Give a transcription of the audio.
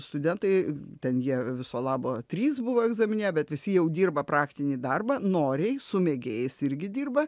studentai ten jie viso labo trys buvo egzamine bet visi jau dirba praktinį darbą noriai su mėgėjais irgi dirba